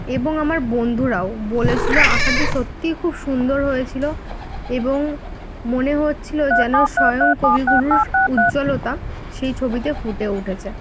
এবং আমার বন্ধুরাও বলেছিলো আঁকাটি সত্যিই খুব সুন্দর হয়েছিলো এবং মনে হচ্ছিলো যেন স্বয়ং কবিগুরুর উজ্জ্বলতা সেই ছবিতে ফুটে উঠেছে